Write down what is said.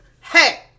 Hey